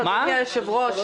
המסעדנים משדרות.